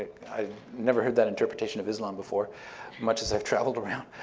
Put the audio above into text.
i've never heard that interpretation of islam before much as i've traveled around.